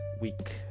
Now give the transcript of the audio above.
week